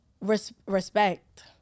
Respect